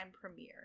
premiere